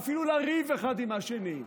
ואפילו לריב אחד עם השני,